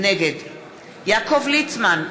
נגד יעקב ליצמן,